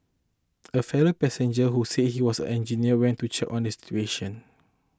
a fellow passenger who said he was a engineer went to check on this situation